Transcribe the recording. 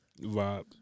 Vibe